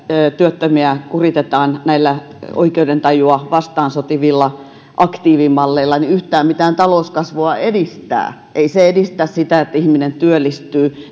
työttömiä kuritetaan näillä oikeudentajua vastaan sotivilla aktiivimalleilla yhtään mitään talouskasvua edistää ei se edistä sitä että ihminen työllistyy